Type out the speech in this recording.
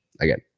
again